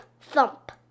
thump